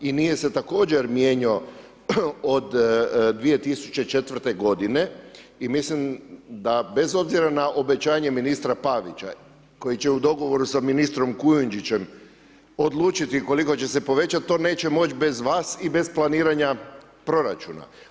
I nije se također mijenjao od 2004. godine i mislim da bez obzira na obećanje ministra Pavića koji će u dogovoru sa ministrom Kujundžićem odlučiti koliko će se povećati, to neće moći bez vas i bez planirana proračuna.